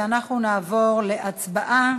ואנחנו נעבור להצבעה